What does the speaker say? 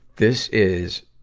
this is,